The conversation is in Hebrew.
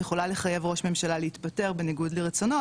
יכולה לחייב ראש ממשלה להתפטר בניגוד לרצונו,